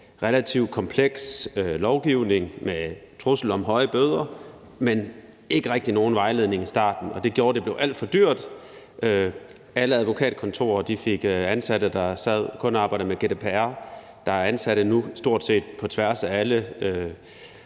relativt kompleks lovgivning med en trussel om høje bøder, men ikke rigtig nogen vejledning i starten, og det gjorde, at det blev alt for dyrt. Alle advokatkontorer fik ansatte, der kun sad og arbejdede med GDPR. Nu er der ansatte på tværs af stort